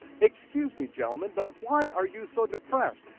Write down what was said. excuse me, gentlemen, but why are you so depressed?